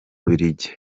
bubiligi